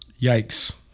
Yikes